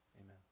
Amen